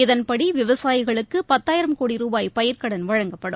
இதன்படி விவசாயிகளுக்கு பத்தாயிரம் கோடி ரூபாய் பயிர்க்கடன் வழங்கப்படும்